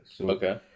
Okay